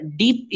deep